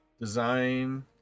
design